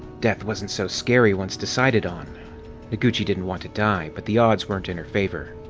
death wasn't so scary once decided on noguchi didn't want to die, but the odds weren't in her favor.